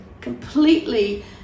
completely